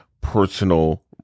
personal